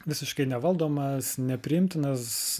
visiškai nevaldomas nepriimtinas